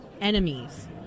enemies